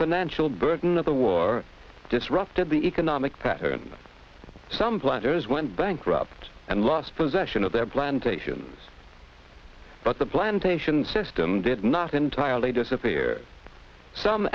financial burden of the war disrupted the economic patterns of some planters went bankrupt and lost possession of their plantations but the plantation system did not entirely disappear some